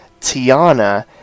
Tiana